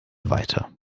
weiter